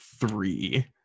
three